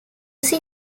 music